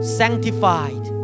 sanctified